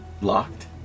locked